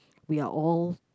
we are all